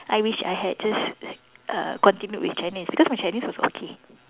I wish I had just uh continued with Chinese because my Chinese was okay